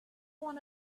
one